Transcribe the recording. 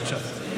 בבקשה.